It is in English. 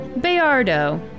Bayardo